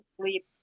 sleep